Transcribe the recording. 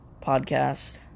podcast